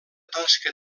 tasca